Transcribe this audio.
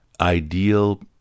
ideal